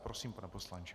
Prosím, pane poslanče.